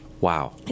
Wow